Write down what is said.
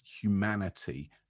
humanity